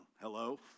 Hello